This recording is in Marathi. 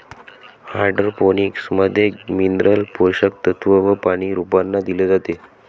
हाइड्रोपोनिक्स मध्ये मिनरल पोषक तत्व व पानी रोपांना दिले जाते